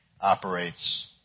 operates